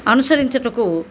అనుసరించుటకు